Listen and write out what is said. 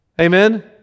Amen